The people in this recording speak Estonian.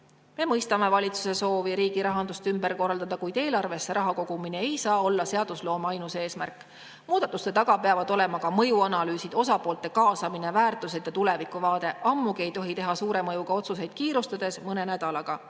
hoida. Mõistame valitsuse soovi riigi rahandust ümber korraldada, kuid eelarvesse raha kogumine ei saa olla seadusloome ainsaks eesmärgiks. Muudatuste taga peavad olema ka mõjuanalüüsid, osapoolte kaasamine, väärtused ja tulevikuvaade. Ammugi ei tohi teha suure mõjuga otsuseid kiirustades, mõne nädalaga. Lausaline